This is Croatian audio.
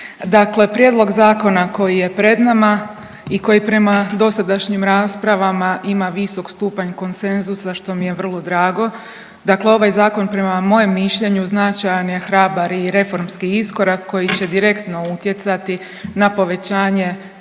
Dakle, prijedlog zakona koji je pred nama i koji prema dosadašnjim raspravama ima visok stupanj konsenzusa što mi je vrlo drago, dakle ovaj zakon prema mojem mišljenju značajan je hrabar i reformski iskorak koji će direktno utjecati na povećanje